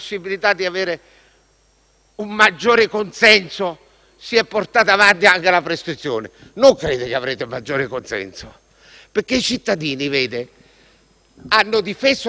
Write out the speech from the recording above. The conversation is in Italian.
un maggiore consenso ha portato avanti anche la prescrizione. Non credo che avrete maggiore consenso, perché i cittadini hanno difeso la Costituzione.